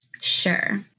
sure